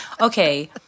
okay